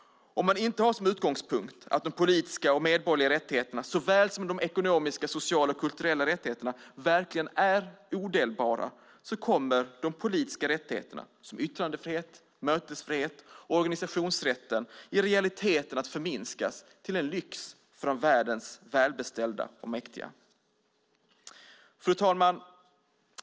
Om man inte har som utgångspunkt att de politiska och medborgerliga rättigheterna såväl som de ekonomiska, social och kulturella rättigheterna verkligen är odelbara kommer de politiska rättigheterna, som yttrandefrihet, mötesfrihet och organisationsrätt, i realiteten att förminskas till en lyx för världens välbeställda och mäktiga. Fru talman!